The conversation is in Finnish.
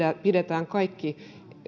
pidetään kaikki